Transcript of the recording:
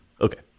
Okay